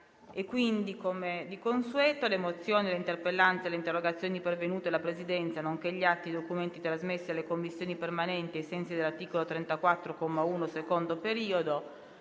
una nuova finestra"). Le mozioni, le interpellanze e le interrogazioni pervenute alla Presidenza, nonché gli atti e i documenti trasmessi alle Commissioni permanenti ai sensi dell'articolo 34, comma 1, secondo periodo,